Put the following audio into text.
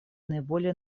наиболее